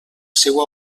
seua